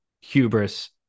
hubris